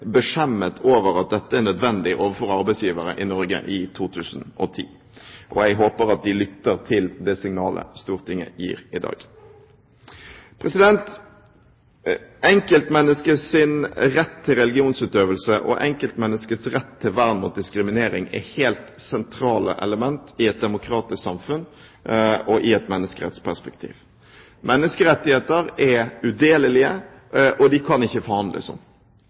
beskjemmet over at dette er nødvendig overfor arbeidsgivere i Norge i 2010. Jeg håper at de lytter til det signalet som Stortinget gir i dag. Enkeltmenneskets rett til religionsutøvelse og enkeltmenneskets rett til vern mot diskriminering er helt sentrale elementer i et demokratisk samfunn og i et menneskerettsperspektiv. Menneskerettigheter er udelelige, og de kan ikke forhandles om.